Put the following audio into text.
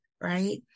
Right